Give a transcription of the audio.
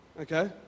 Okay